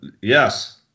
Yes